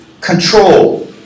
Control